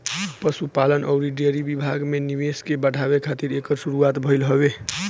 पशुपालन अउरी डेयरी विभाग में निवेश के बढ़ावे खातिर एकर शुरुआत भइल हवे